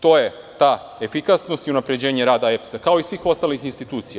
To je ta efikasnost i unapređenje rada EPS-a, kao i svih ostalih institucija.